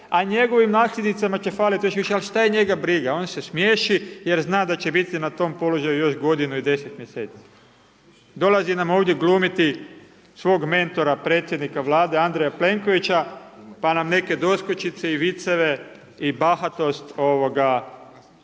a njegovim nasljednicima će faliti još više, ali šta je njega briga, on se smiješi jer zna da će biti na tom položaju još godinu i 10 mjeseci. Dolazi nam ovdje glumiti svog mentora, predsjednika Vlade Andreja Plenkovića pa nam neke doskočice i viceve i bahatost želi